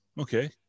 okay